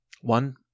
One